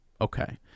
Okay